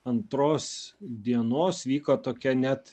antros dienos vyko tokia net